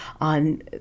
on